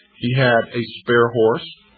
he had a spare horse,